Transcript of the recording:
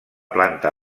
planta